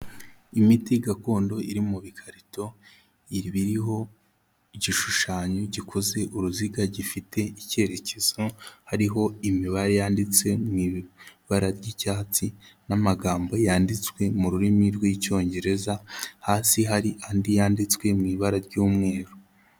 Imiti gakondo iri mu bikarito, iriho igishushanyo gikoze uruziga gifite ikerekezo hariho imibare yanditse mu ibara ry'icyatsi n'amagambo yanditswe mu rurimi rw'Icyongereza, hasi hari andi yanditswe mu ibara ry'umweru.